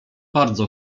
bardzo